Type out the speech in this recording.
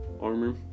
armor